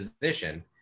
position